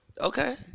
Okay